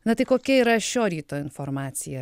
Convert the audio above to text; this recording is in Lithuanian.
na tai kokia yra šio ryto informacija